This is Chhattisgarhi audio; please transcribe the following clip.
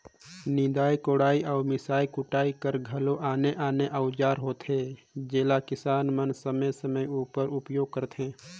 निदई कोड़ई अउ मिसई कुटई कर घलो आने आने अउजार होथे जेला किसान मन समे समे उपर उपियोग करथे